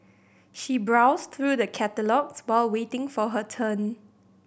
she browsed through the catalogues while waiting for her turn